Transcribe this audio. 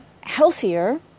healthier